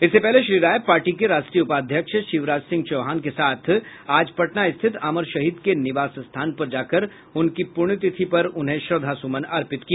इससे पहले श्री राय पार्टी के राष्ट्रीय उपाध्यक्ष शिवराज सिंह चौहान के साथ आज पटना स्थित अमर शहीद के निवास स्थान पर जाकर उनकी पुण्यतिथि पर उन्हें श्रद्वासुमन अर्पित किया